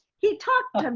he talked to